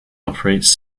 operates